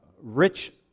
rich